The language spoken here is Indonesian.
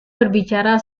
berbicara